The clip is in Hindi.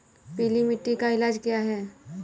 पीली मिट्टी का इलाज क्या है?